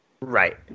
Right